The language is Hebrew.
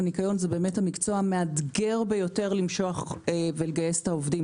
הניקיון הוא המקצוע שהכי מאתגר למשוך ולגייס אליו עובדים.